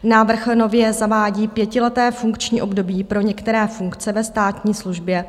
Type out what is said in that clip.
Návrh nově zavádí pětileté funkční období pro některé funkce ve státní službě.